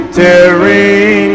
tearing